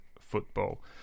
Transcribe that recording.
football